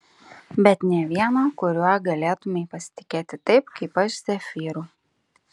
bet nė vieno kuriuo galėtumei pasitikėti taip kaip aš zefyru